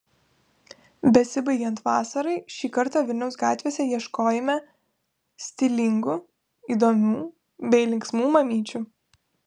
besibaigiant vasarai šį kartą vilniaus gatvėse ieškojime stilingų įdomių bei linksmų mamyčių